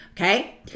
Okay